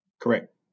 Correct